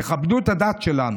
תכבדו את הדת שלנו,